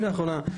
מילה אחרונה.